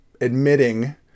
admitting